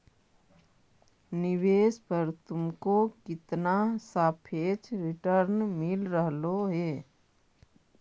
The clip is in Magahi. निवेश पर तुमको कितना सापेक्ष रिटर्न मिल रहलो हे